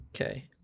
Okay